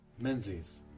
Menzies